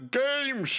game